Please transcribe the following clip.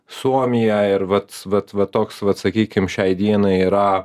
suomiją ir vat vat va toks vat sakykim šiai dienai yra